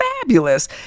fabulous